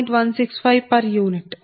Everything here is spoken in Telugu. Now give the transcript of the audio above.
14 I1f I1fI2f j4